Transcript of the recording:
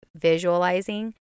visualizing